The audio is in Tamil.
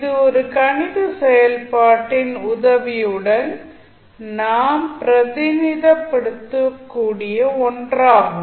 இது ஒரு கணித செயல்பாட்டின் உதவியுடன் நாம் பிரதிநிதித்துவப்படுத்த கூடிய ஒன்றாகும்